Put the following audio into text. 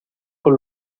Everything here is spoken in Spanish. con